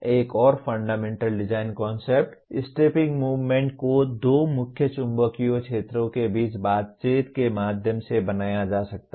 एक और fundamental design concept stepping movement को दो मुख्य चुंबकीय क्षेत्रों के बीच बातचीत के माध्यम से बनाया जा सकता है